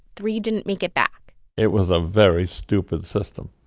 three didn't make it back it was a very stupid system.